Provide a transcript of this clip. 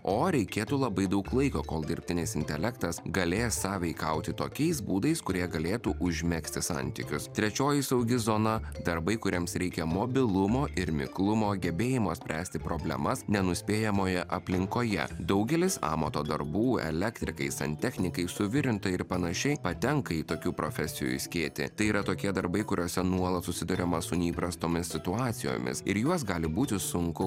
o reikėtų labai daug laiko kol dirbtinis intelektas galės sąveikauti tokiais būdais kurie galėtų užmegzti santykius trečioji saugi zona darbai kuriems reikia mobilumo ir miklumo gebėjimo spręsti problemas nenuspėjamoje aplinkoje daugelis amato darbų elektrikai santechnikai suvirintojai ir panašiai patenka į tokių profesijų išskėtį tai yra tokie darbai kuriuose nuolat susiduriama su neįprastomis situacijomis ir juos gali būti sunku